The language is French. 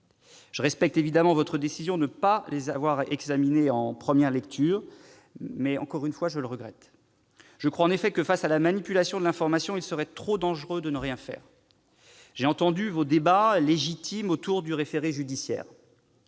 Je respecte votre décision de ne pas les avoir examinés en première lecture, mais je la regrette. Je crois en effet que, face à la manipulation de l'information, il serait trop dangereux de ne rien faire. J'ai entendu vos débats, légitimes, autour du référé judiciaire.